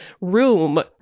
room